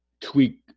tweak